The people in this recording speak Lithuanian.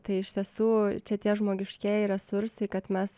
tai iš tiesų čia tie žmogiškieji resursai kad mes